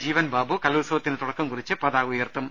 ജീവൻ ബാബു കലോത്സവത്തിന് തുടക്കം കുറിച്ച് പതാക ഉയർത്തും